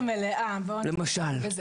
למשל.